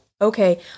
Okay